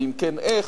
ואם כן איך,